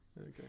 Okay